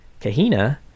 Kahina